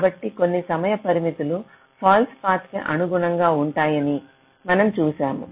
కాబట్టి కొన్ని సమయ పరిమితులు ఫాల్స్ పాత్కి అనుగుణంగా ఉంటాయని మనం చూశాము